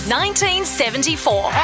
1974